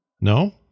no